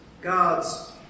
God's